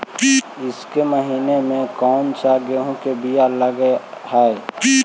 ईसके महीने मे कोन सा गेहूं के बीज लगे है?